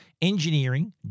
engineering